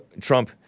Trump